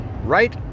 right